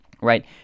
right